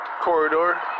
corridor